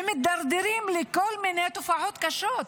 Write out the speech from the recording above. ומידרדרים לכל מיני תופעות קשות,